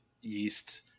yeast